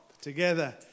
Together